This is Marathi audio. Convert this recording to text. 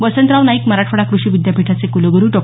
वसंतराव नाईक मराठवाडा क्रषी विद्यापीठाचे क्लग्रु डॉ